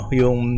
yung